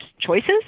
choices